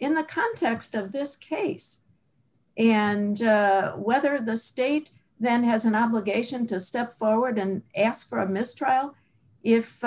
in the context of this case and whether the state then has an obligation to step forward and ask for a mistrial if